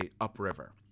upriver